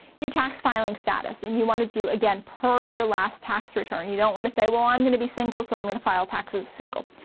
your tax filing status, and you want to do again per your last tax return. you don't wanna say, well i'm gonna be single, so i'm gonna file taxes as single.